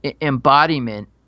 embodiment